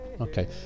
Okay